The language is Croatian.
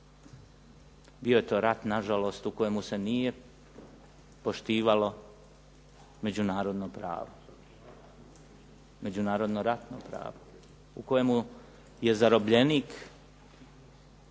Bio je to rat nažalost u kojemu se nije poštivalo međunarodno pravo, međunarodno ratno pravo u kojemu je zarobljenik